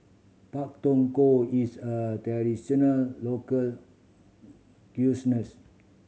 Pak Thong Ko is a traditional local